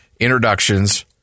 introductions